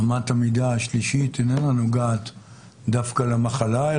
אמת המידה השלישית איננה נוגעת דווקא למחלה,